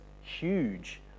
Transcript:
huge